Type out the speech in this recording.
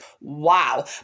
wow